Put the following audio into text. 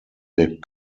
wir